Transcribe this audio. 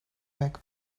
back